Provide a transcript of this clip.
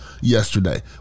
yesterday